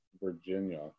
Virginia